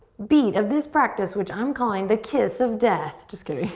beat of this practice which i'm calling the kiss of death? just kidding.